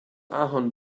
ahorn